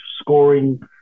scoring –